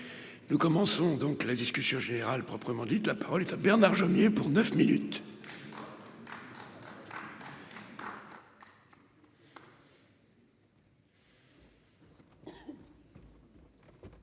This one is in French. nous commençons donc la discussion générale proprement dite, la parole est à Bernard Jomier pour 9 minutes.